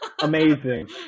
Amazing